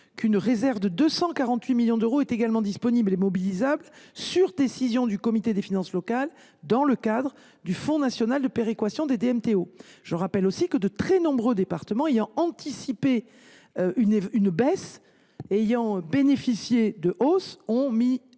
: une réserve de 248 millions d’euros est également mobilisable, sur décision du Comité des finances locales, dans le cadre du fonds national de péréquation des DMTO. Je rappelle aussi que de très nombreux départements ont anticipé une baisse de ces recettes, dont le